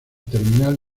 terminal